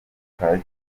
gutoroka